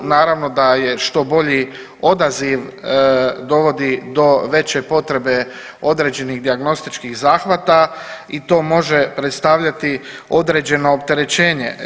Naravno da je što bolji odaziv dovodi do veće potrebe određenih dijagnostičkih zahvata i to može predstavljati određeno opterećenje.